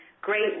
great